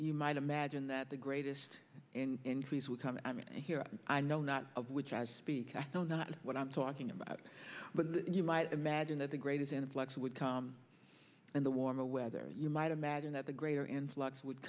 you might imagine that the greatest increase would come here i know not of which i speak i know not what i'm talking about but you might imagine that the greatest an influx would come in the warmer weather you might imagine that the greater influx would